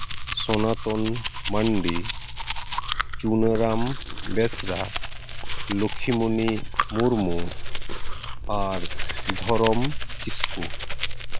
ᱥᱚᱱᱟᱛᱚᱱ ᱢᱟᱱᱰᱤ ᱪᱩᱱᱟᱹᱨᱟᱢ ᱵᱮᱥᱨᱟ ᱞᱚᱠᱠᱷᱤᱢᱚᱱᱤ ᱢᱩᱨᱢᱩ ᱟᱨ ᱫᱷᱚᱨᱚᱢ ᱠᱤᱥᱠᱩ